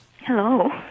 Hello